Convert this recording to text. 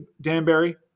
Danbury